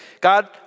God